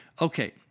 Okay